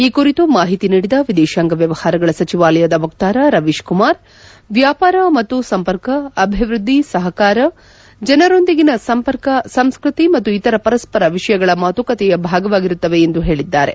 ಈ ಕುರಿತು ಮಾಹಿತಿ ನೀಡಿದ ವಿದೇಶಾಂಗ ವ್ಲವಹಾರಗಳ ಸಚಿವಾಲಯದ ವಕ್ತಾರ ರವೀತ್ ಕುಮಾರ್ ವ್ಯಾಪಾರ ಮತ್ತು ಸಂಪರ್ಕ ಅಭಿವೃದ್ಧಿ ಸಹಕಾರ ಜನರೊಂದಿಗಿನ ಸಂಪರ್ಕ ಸಂಸ್ಕೃತಿ ಮತ್ತು ಇತರ ಪರಸ್ವರ ವಿಷಯಗಳ ಮಾತುಕತೆಯ ಭಾಗವಾಗಿರುತ್ತವೆ ಎಂದು ಹೇಳಿದ್ದಾರೆ